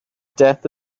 death